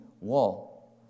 wall